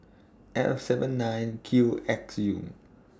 F seven nine Q X U